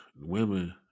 women